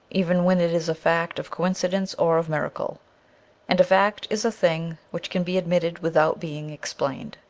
even when it is a fact of coincidence or of miracle and a fact is a thing which can be admitted without being explained.